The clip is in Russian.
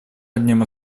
одним